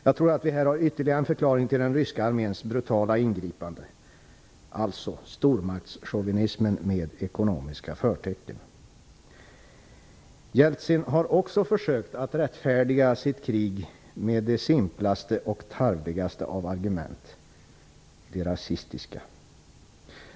Jag tror att vi här har ytterligare en förklaring till den ryska arméns brutala ingripande - stormaktschauvinism med ekonomiska förtecken. Jeltsin har också försökt rättfärdiga sitt krig med de simplaste och tarvligaste av argument - det rasistiska.